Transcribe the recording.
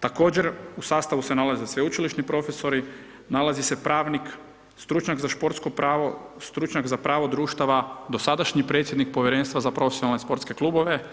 Također u sastavu se nalaze sveučilišni profesori, nalazi se pravnik, stručnjak za športsko pravo, stručnjak za pravo društava, dosadašnji predsjednik povjerenstva za profesionalne i sportske klubove,